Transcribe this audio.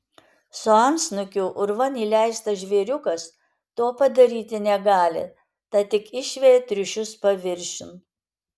su antsnukiu urvan įleistas žvėriukas to padaryti negali tad tik išveja triušius paviršiun